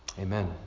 Amen